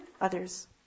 others